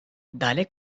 dale